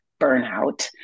burnout